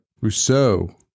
Rousseau